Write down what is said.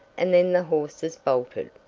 and then the horses bolted!